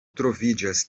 troviĝas